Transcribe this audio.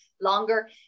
longer